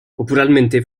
popularmente